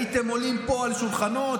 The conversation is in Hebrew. הייתם עולים פה על שולחנות,